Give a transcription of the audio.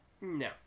No